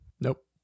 Nope